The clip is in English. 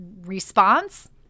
response